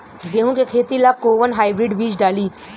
गेहूं के खेती ला कोवन हाइब्रिड बीज डाली?